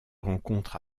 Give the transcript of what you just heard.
rencontre